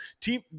team